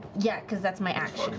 yeah, because that's my action.